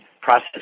process